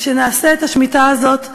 ושנעשה את השמיטה הזאת ביחד.